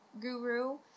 guru